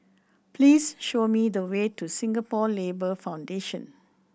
please show me the way to Singapore Labour Foundation